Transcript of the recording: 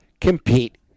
compete